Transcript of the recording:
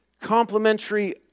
complementary